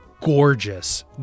gorgeous